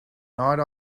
night